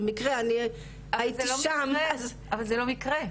במקרה הייתי שם --- אבל זה לא במקרה.